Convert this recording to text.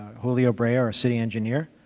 julio brea, our city engineer.